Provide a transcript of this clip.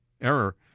error